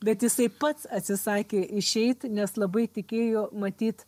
bet jisai pats atsisakė išeit nes labai tikėjo matyt